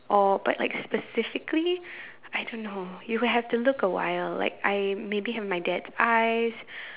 or but like specifically I don't know you will have to look a while like I maybe have my dad's eyes